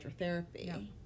hydrotherapy